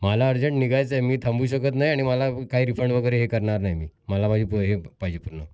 मला अर्जंट निघायचं आहे मी थांबू शकत नाही आणि मला काही रिफंड वगैरे हे करणार नाही मी मला माझी हे पाहिजे पूर्ण